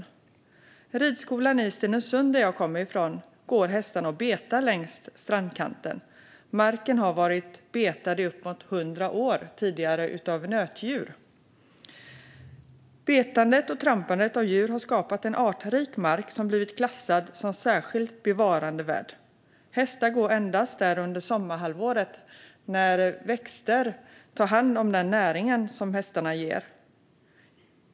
På ridskolan i Stenungsund, som jag kommer från, går hästarna och betar längs strandkanten. Marken har tidigare varit betad i uppemot hundra år av nötdjur. Betandet och trampandet av djur har skapat en artrik mark som blivit klassad som särskilt bevarandevärd. Hästar går endast där under sommarhalvåret, när växter tar hand om den näring som hästarna ger.